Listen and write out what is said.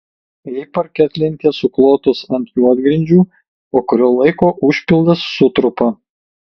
jei parketlentės suklotos ant juodgrindžių po kurio laiko užpildas sutrupa